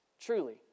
Truly